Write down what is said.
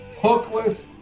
hookless